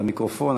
למיקרופון,